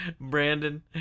Brandon